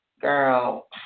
girl